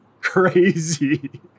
crazy